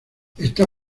está